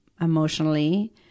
emotionally